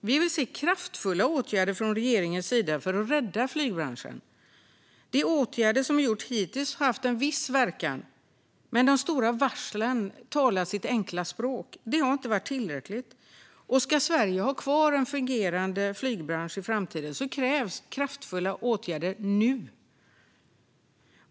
Vi vill se kraftfulla åtgärder från regeringens sida för att rädda flygbranschen. De åtgärder som gjorts hittills har haft viss verkan, men de stora varslen talar sitt tydliga språk. Det har inte varit tillräckligt, och ska Sverige ha kvar en fungerande flygbransch i framtiden krävs kraftiga åtgärder nu .